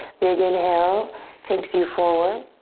big inhale takes you forward.